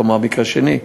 כלומר מקרה שני,